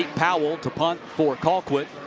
powell to punt for colquitt.